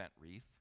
wreath